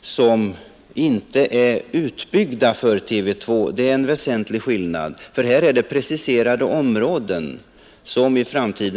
som inte är utbyggda för TV 2 men som kommer att byggas ut i framtiden. Det är en väsentlig skillnad.